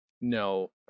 No